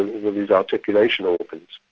with his articulation organs.